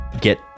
get